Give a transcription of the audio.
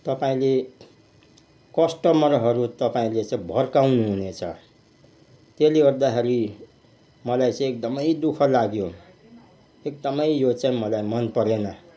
तपाईँले कस्टमरहरू तपाईँले चाहिँ भड्काउनु हुनेछ त्यसले गर्दाखरि मलाई चाहिँ एदकमै दु ख लाग्यो एकदमै यो चाहिँ मलाई मन परेन